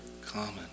common